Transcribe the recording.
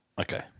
Okay